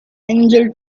angel